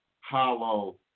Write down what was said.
hollow